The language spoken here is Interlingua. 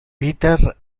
peter